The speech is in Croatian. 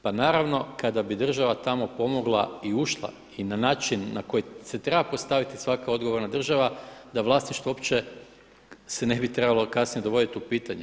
Pa naravno kada bi država tamo pomogla i ušla i na način na koji se treba postaviti svaka odgovorna država da vlasništvo uopće se ne bi trebalo kasnije dovoditi u pitanje.